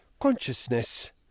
consciousness